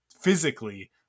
physically